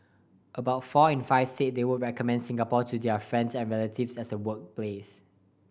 about four in five said they would recommend Singapore to their friends and relatives as a workplace